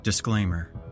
Disclaimer